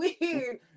weird